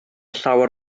llawer